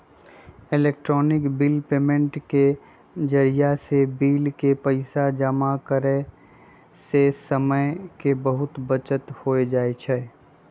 electronic bill payment के जरियासे bill के पइसा जमा करेयसे समय के बहूते बचत हो जाई छै